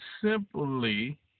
simply